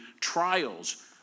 trials